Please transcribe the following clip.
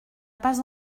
pas